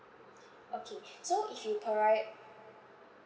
okay so if you prio~